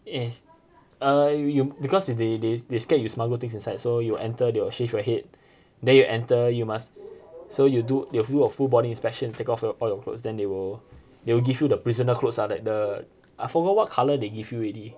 is err you because they they they scared you smuggle things inside so you enter they will shave your head then you enter you must so you do you do a full bodies fashion take off all your clothes then they will they will give you the prisoner clothes lah like the I forgot what colour they give you already